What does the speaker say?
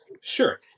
sure